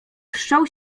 wszczął